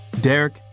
Derek